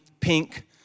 pink